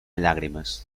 llàgrimes